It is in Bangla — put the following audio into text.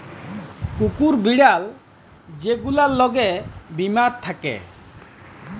কুকুর, বিড়াল যে গুলার ল্যাগে বীমা থ্যাকে